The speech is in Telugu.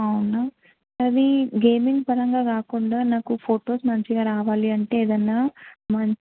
అవునా మరీ గేమింగ్ పరంగా కాకుండా నాకు ఫోటోస్ మంచిగా రావాలి అంటే ఏదన్నా మంచి